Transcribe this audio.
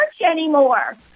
anymore